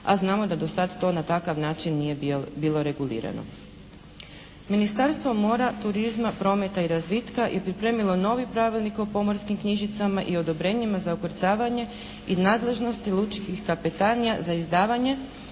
a znamo da do sad to na takav način nije bilo regulirano. Ministarstvo mora, turizma, prometa i razvitka je pripremilo novi Pravilnik o Pomorskim knjižicama i odobrenjima za ukrcavanje i nadležnosti lučkih kapetanija za izdavanje